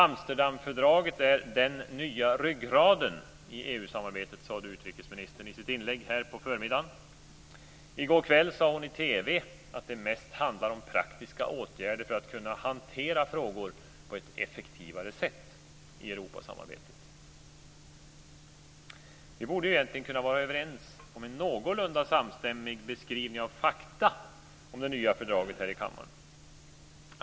Amsterdamfördraget är den nya ryggraden i EU samarbetet, sade utrikesministern i sitt inlägg här på förmiddagen. I går kväll sade hon i TV att det mest handlar om praktiska åtgärder för att kunna hantera frågor på ett effektivare sätt i Europasamarbetet.